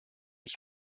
ich